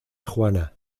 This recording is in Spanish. juana